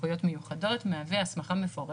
אבל דעו מה המגמה,